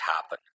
happen